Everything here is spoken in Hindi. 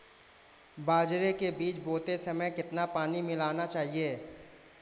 बाजरे के बीज बोते समय कितना पानी मिलाना चाहिए?